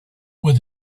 would